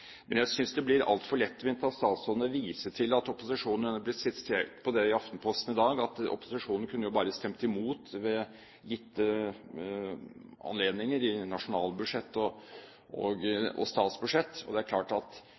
Men jeg synes det blir altfor lettvint av statsråden å vise til, som hun har blitt sitert på i Aftenposten i dag, at opposisjonen bare kunne stemt imot ved gitte anledninger, som i nasjonalbudsjettet og statsbudsjettet. Det er klart at